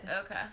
Okay